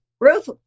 ruth